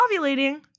ovulating